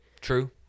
True